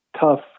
tough